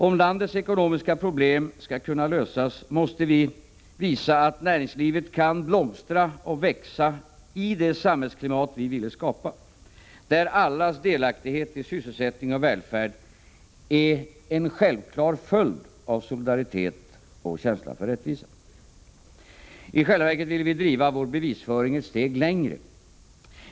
Om landets ekonomiska problem skall kunna lösas, måste vi visa att näringslivet kan blomstra och växa i det samhällsklimat vi vill skapa, där allas delaktighet i sysselsättning och välfärd är en självklar följd av solidaritet och känsla för rättvisa. I själva verket ville vi driva vår bevisföring ett steg längre.